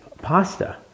pasta